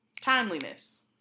timeliness